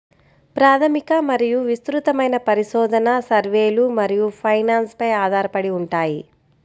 ప్రాథమిక మరియు విస్తృతమైన పరిశోధన, సర్వేలు మరియు ఫైనాన్స్ పై ఆధారపడి ఉంటాయి